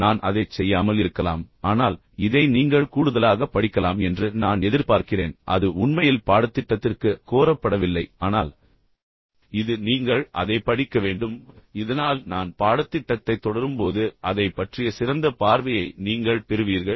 நான் அதைச் செய்யாமல் இருக்கலாம் ஆனால் இதை நீங்கள் கூடுதலாக என்று படிக்கலாம் என்று நான் உங்களுக்குச் சொல்லும்போது நான் அதை எதிர்பார்க்கிறேன் அது எதிர்பார்க்கிறேன் அது உண்மையில் பாடத்திட்டத்திற்கு கோரப்படவில்லை ஆனால் பின்னர் இது நீங்கள் அதைப் படிக்கவேண்டும் இதனால் நான் பாடத்திட்டத்தை தொடரும் போது அதை பற்றிய சிறந்த பார்வையை நீங்கள் பெறுவீர்கள்